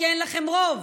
כי אין לכם רוב.